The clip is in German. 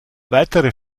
weitere